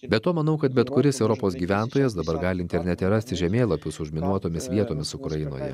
be to manau kad bet kuris europos gyventojas dabar gali internete rasti žemėlapius su užminuotomis vietomis ukrainoje